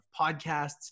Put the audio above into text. podcasts